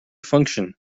function